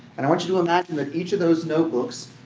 and i want you to imagine that each of those notebooks,